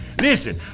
Listen